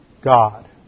God